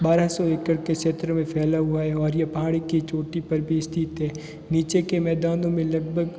बारह सौ एकर के क्षेत्र में फैला हुआ है और ये पहाड़ी की चोटी पर भी स्थित है नीचे के मैदानों में लगभग